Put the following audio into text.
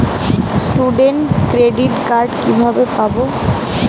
Student credit card কিভাবে পাব?